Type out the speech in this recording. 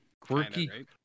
quirky